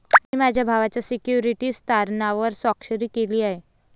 मी माझ्या भावाच्या सिक्युरिटीज तारणावर स्वाक्षरी केली आहे